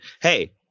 Hey